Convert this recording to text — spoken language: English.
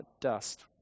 dust